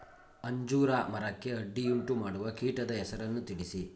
ಅಂಜೂರ ಮರಕ್ಕೆ ಅಡ್ಡಿಯುಂಟುಮಾಡುವ ಕೀಟದ ಹೆಸರನ್ನು ತಿಳಿಸಿ?